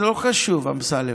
זה לא חשוב, אמסלם,